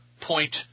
Point